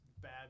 bad